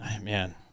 man